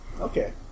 Okay